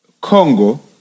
Congo